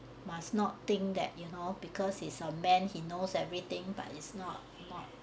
must not think that you know because he's a man he knows everything but it's not not